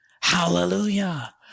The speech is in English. hallelujah